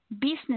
business